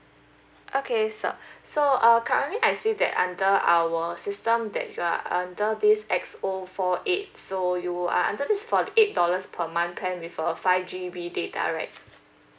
okay so so uh currently I see that under our system that you are under this X_O four eight so you are under this for the eight dollars per month plan with uh five G_B data right